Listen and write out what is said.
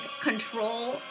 control